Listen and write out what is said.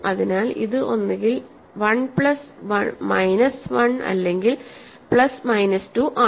അതിനാൽ ഇത് ഒന്നുകിൽ 1 പ്ലസ് മൈനസ് 1 അല്ലെങ്കിൽ പ്ലസ് മൈനസ് 2 ആണ്